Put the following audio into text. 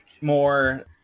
more